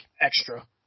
extra